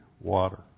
water